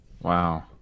Wow